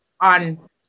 on